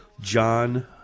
John